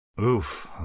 Oof